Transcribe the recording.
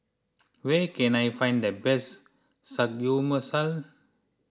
where can I find the best